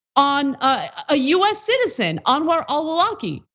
on a us citizen anwar al-awlaki.